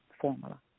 formula